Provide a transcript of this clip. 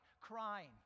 crying